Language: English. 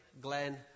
Glenn